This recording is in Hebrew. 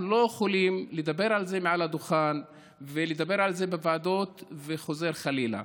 אנחנו לא יכולים לדבר על זה מעל הדוכן ולדבר על זה בוועדות וחוזר חלילה.